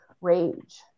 rage